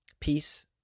Peace